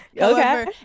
okay